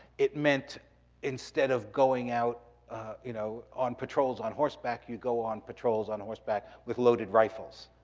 it meant instead of going out you know on patrols on horseback, you'd go on patrols on horseback with loaded rifles,